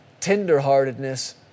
Tenderheartedness